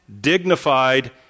dignified